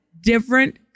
different